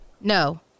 No